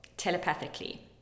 telepathically